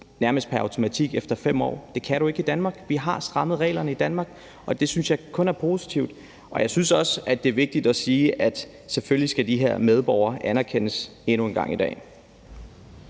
nærmest pr. automatik efter 5 år. Det kan du ikke i Danmark. Vi har strammet reglerne i Danmark, og det synes jeg kun er positivt. Jeg synes også, det er vigtigt at sige, at selvfølgelig skal de her medborgere anerkendes endnu en gang i dag.